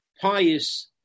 pious